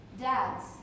Dads